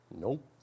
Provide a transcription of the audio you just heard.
Nope